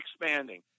expanding